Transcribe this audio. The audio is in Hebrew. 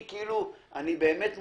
אני באמת מופתע.